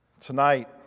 Tonight